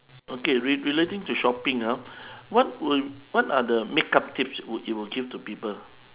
okay re~ relating to shopping ah what will what are the makeup tips would you will give to people